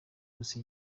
gusa